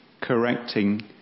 correcting